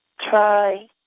try